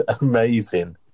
amazing